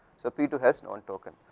so p two has no one token.